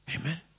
Amen